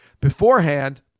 beforehand